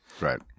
Right